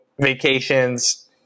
vacations